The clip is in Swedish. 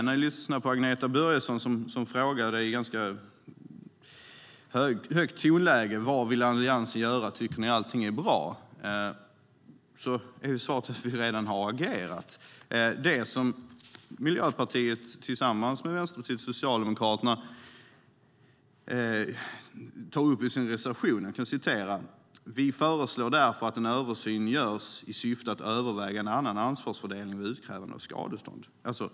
När jag lyssnar på Agneta Börjesson som i ett ganska högt tonläge frågade vad Alliansen vill göra och om vi tycker att allting är bra så är svaret att vi redan har agerat. Miljöpartiet tillsammans med Vänsterpartiet och Socialdemokraterna skriver i sin reservation, och jag citerar: "Vi föreslår därför att en översyn görs i syfte att överväga en annan ansvarsfördelning vid utkrävande av skadestånd."